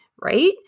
right